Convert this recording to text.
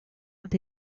ont